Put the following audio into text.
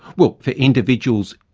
well, for individuals,